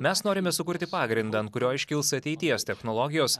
mes norime sukurti pagrindą ant kurio iškils ateities technologijos